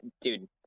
Dude